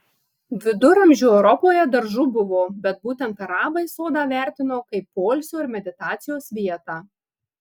viduramžių europoje daržų buvo bet būtent arabai sodą vertino kaip poilsio ir meditacijos vietą